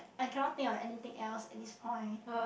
I cannot think of anything else at this point